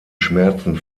schmerzen